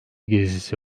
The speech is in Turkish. gezisi